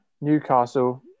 Newcastle